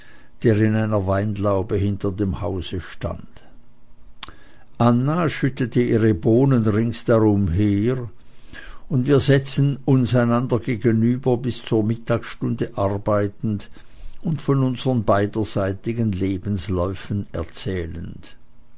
der in einer weinlaube hinter dem hause stand anna schüttete ihre bohnen rings darum her und wir setzten uns einander gegenüber bis zur mittagsstunde arbeitend und von unseren beiderseitigen lebensläufen erzählend